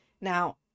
Now